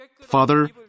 Father